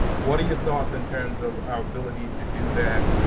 what are your thoughts in terms of our ability to do that,